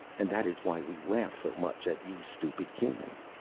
and that is why we laugh so much at you stupid humans.